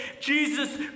Jesus